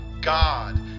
God